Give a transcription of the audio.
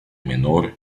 menor